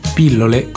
pillole